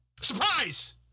surprise